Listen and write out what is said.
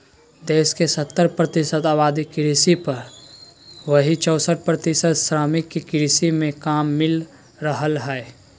देश के सत्तर प्रतिशत आबादी कृषि पर, वहीं चौसठ प्रतिशत श्रमिक के कृषि मे काम मिल रहल हई